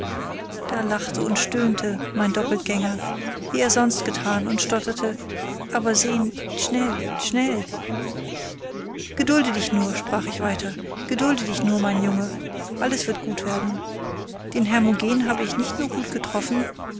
da lachte und stöhnte mein doppeltgänger wie er sonst getan und stotterte aber sehn schnell schnell gedulde dich nur sprach ich wieder gedulde dich nur mein junge alles wird gut werden den hermogen habe ich nur nicht gut getroffen